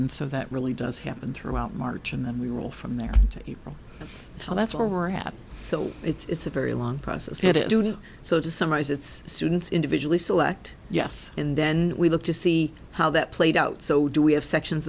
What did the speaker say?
and so that really does happen throughout march and then we will from there so that's where we're at so it's a very long process so to summarize it's students individually select yes and then we look to see how that played out so do we have sections